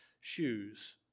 shoes